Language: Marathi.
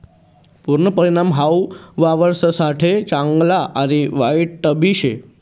पुरना परिणाम हाऊ वावरससाठे चांगला आणि वाईटबी शे